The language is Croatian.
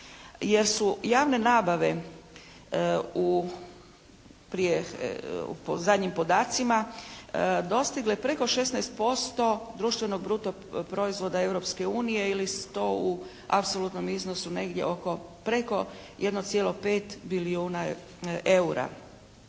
jer su javne nabave u, prije, po zadnjim podacima dostigle preko 16% društvenog bruto proizvoda Eruopske unije ili 100 u apsolutnom iznosu negdje oko, preko 1,5 bilijuna EUR-a.